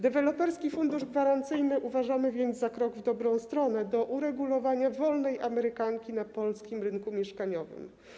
Deweloperski Fundusz Gwarancyjny uważamy więc za krok w dobrą stronę do uregulowania wolnej amerykanki na polskim rynku mieszkaniowym.